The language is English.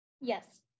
Yes